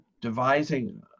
devising